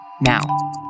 now